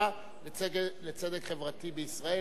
ובדרישה לצדק חברתי בישראל,